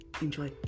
Enjoy